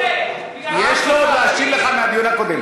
יש לו עוד להשיב לך מהדיון הקודם.